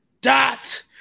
Dot